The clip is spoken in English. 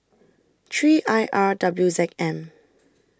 three I R W Z M